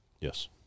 Yes